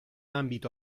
ambito